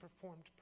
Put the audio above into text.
performed